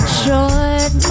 short